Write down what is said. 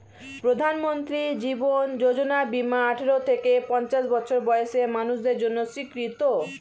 প্রধানমন্ত্রী জীবন যোজনা বীমা আঠারো থেকে পঞ্চাশ বছর বয়সের মানুষদের জন্য স্বীকৃত